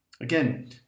Again